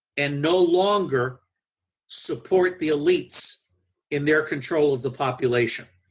and no longer support the elites in their control of the population,